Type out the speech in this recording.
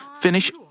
finish